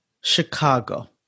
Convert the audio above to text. Chicago